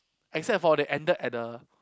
except for they ended at the